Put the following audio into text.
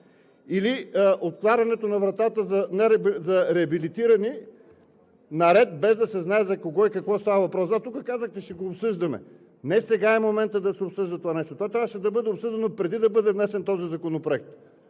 или отварянето на вратата за реабилитирани, без да се знае за кого и какво става въпрос. Тук казахте, че ще го обсъждаме. Не сега е моментът да се обсъжда. Това трябваше да бъде обсъдено преди да бъде внесен този законопроект.